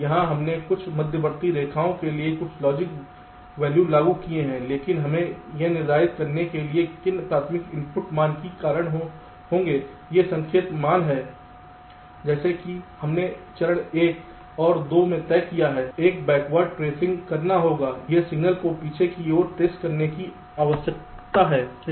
यहां हमने कुछ मध्यवर्ती रेखाओं के लिए कुछ लॉजिक वॉल्यू लागू किए हैं लेकिन हमें यह निर्धारित करने के लिए कि किन प्राथमिक इनपुट मान के कारण होंगे ये संकेत मान हैं जैसा कि हमने चरण 1 और 2 में तय किया है एक बैकवर्ड ट्रेसिंग करना होगा ये सिग्नल को पीछे की ओर ट्रेस करने की आवश्यकता है